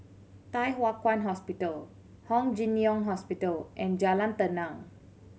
Thye Hua Kwan Hospital Hong Jim Jiong Hospital and Jalan Tenang